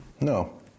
No